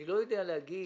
אני לא יודע להגיד